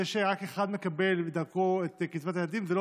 זה שרק אחד מקבל את קצבת הילדים זה לא